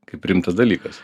kaip rimtas dalykas